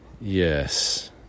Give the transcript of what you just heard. Yes